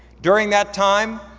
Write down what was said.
during that time,